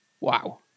Wow